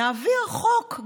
נעביר חוק,